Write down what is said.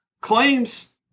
claims